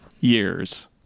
years